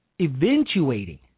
eventuating